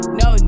no